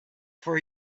for